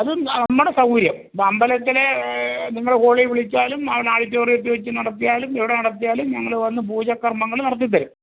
അത് നമ്മുടെ സൗകര്യം അമ്പലത്തിലെ നിങ്ങൾ ഹോളിൽ വിളിച്ചാലും അവർ ഓഡിറ്റോറിയത്തിൽ വെച്ച് നടത്തിയാലും എവിടെ നടത്തിയാലും ഞങ്ങൾ വന്ന് പൂജ കർമങ്ങൾ നടത്തിത്തരും